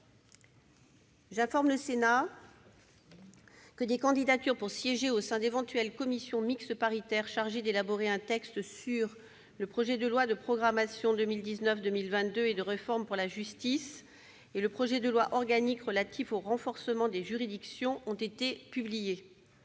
J'informe le Sénat que des candidatures pour siéger au sein d'éventuelles commissions mixtes paritaires chargées d'élaborer un texte sur le projet de loi de programmation 2019-2022 et de réforme pour la justice, et le projet de loi organique relatif au renforcement des juridictions ont été publiées.